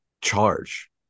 charge